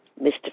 Mr